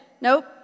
Nope